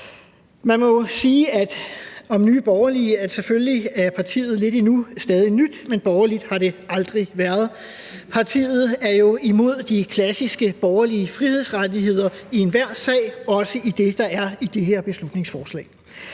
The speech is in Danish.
Borgerlige, at selvfølgelig er partiet stadig nyt lidt endnu, men borgerligt har det aldrig været. Partiet er jo imod de klassiske borgerlige frihedsrettigheder i enhver sag, også i forhold til det, der er i det her beslutningsforslag.